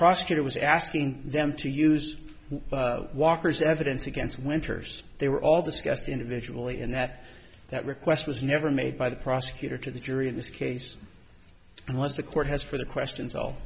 prosecutor was asking them to use walker's evidence against winters they were all discussed individually and that that request was never made by the prosecutor to the jury in this case and was the court has for the questions